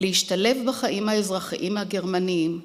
להשתלב בחיים האזרחיים הגרמניים.